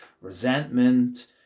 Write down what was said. resentment